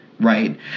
right